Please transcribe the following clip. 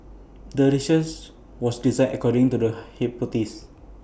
the research was designed according to the hypothesis